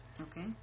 Okay